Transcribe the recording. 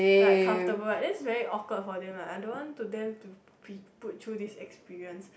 like comfortable right then it's very awkward for them ah I don't want to them to be put through this experience